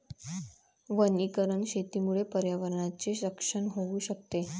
वनीकरण शेतीमुळे पर्यावरणाचे रक्षण होऊ शकते